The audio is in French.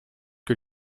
que